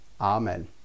Amen